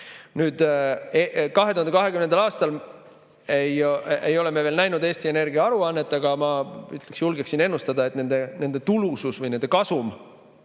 Nüüd 2023. aastal ei ole me veel näinud Eesti Energia aruannet, aga ma julgeksin ennustada, et nende tulusus või nende kasum